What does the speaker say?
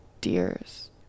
deers